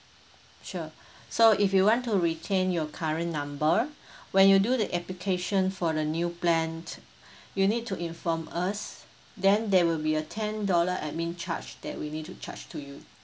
sure so if you want to retain your current number when you do the application for the new plan you need to inform us then there will be a ten dollar admin charge that we need to charge to you